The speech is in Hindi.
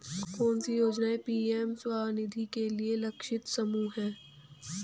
कौन सी योजना पी.एम स्वानिधि के लिए लक्षित समूह है?